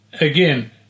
again